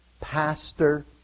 pastor